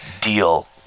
deal